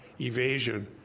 evasion